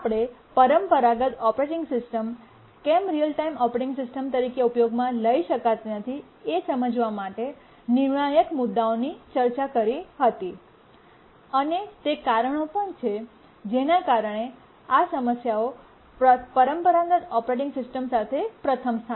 આપણે પરંપરાગત operating system કેમ રીઅલ ટાઇમ ઓપરેટિંગ સિસ્ટમ તરીકે ઉપયોગમાં લઈ શકાતી નથી એ સમજવા માટે નિર્ણાયક મુદ્દાઓની ચર્ચા કરી હતી અને તે કારણો પણ છે જેના કારણે આ સમસ્યાઓ પરંપરાગત ઓપરેટિંગ સિસ્ટમ સાથે પ્રથમ સ્થાને છે